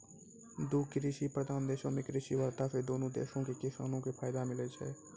दु कृषि प्रधान देशो मे कृषि वार्ता से दुनू देशो के किसानो के फायदा मिलै छै